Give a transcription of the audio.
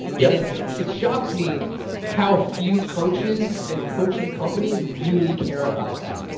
yeah and it it shocks me how few coaches and coaching companies really care about that.